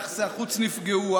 יחסי החוץ נפגעו,